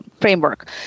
framework